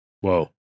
Whoa